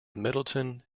middleton